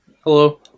Hello